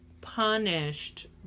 punished